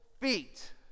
feet